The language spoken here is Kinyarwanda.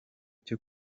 cyo